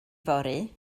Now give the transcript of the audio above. fory